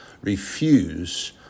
refuse